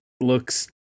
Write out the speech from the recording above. looks